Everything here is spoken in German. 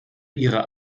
ihrer